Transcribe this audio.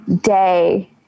day